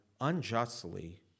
unjustly